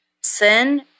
Sin